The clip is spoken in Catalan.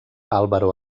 álvaro